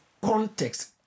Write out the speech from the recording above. context